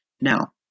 Now